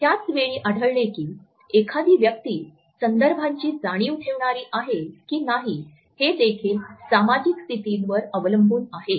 त्याच वेळी आढळले की एखादी व्यक्ती संदर्भाची जाणीव ठेवणारी आहे की नाही हे देखील सामाजिक स्थितींवर अवलंबून आहे